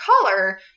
color